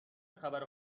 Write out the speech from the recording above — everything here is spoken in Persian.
خبر